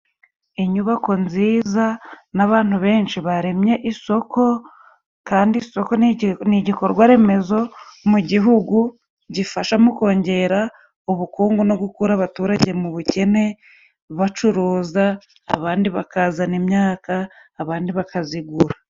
Inyubako nziza n'abantu benshi baremye isoko, kandi isoko ni igikorwa remezo mu gihugu gifasha mu kongera ubukungu no gukura abaturage mu bukene, bacuruza abandi bakazana imyaka, abandi bakazigura.